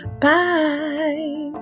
Bye